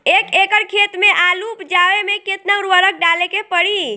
एक एकड़ खेत मे आलू उपजावे मे केतना उर्वरक डाले के पड़ी?